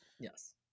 yes